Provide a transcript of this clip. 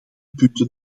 punten